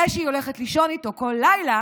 זה שהיא הולכת לישון איתו כל לילה,